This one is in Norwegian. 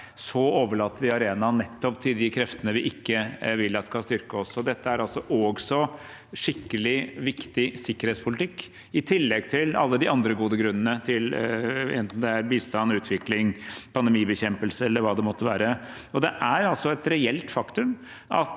– overlater vi arenaen til nettopp de kreftene vi ikke vil at skal styrke seg. Dette er også skikkelig viktig sikkerhetspolitikk, i tillegg til alle de andre gode grunnene – enten det er bistand, utvikling, pandemibekjempelse eller hva det måtte være. Det er et reelt faktum at